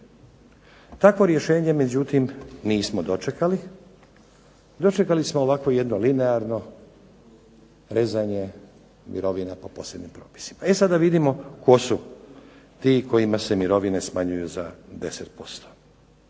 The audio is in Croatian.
Takvo rješenje međutim, nismo dočekali, dočekali smo jedno linearno rezanje mirovina po posebnim propisima. E sada, da vidimo tko su ti kojima se mirovine smanjuju za 10%.